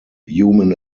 human